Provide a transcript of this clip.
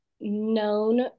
known